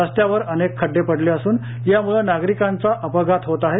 रस्त्यावर अनेक खड्डेपडले असून यामुळे नागरिकांचा अपघात होत आहे